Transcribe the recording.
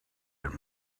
that